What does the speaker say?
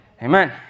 Amen